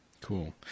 Cool